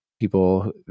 people